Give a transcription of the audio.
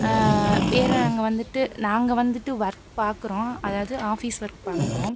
வேறு அங்கே வந்துட்டு நாங்கள் வந்துட்டு ஒர்க் பார்க்குறோம் அதாவது ஆஃபீஸ் ஒர்க் பார்க்குறோம்